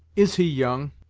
is he young?